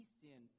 sin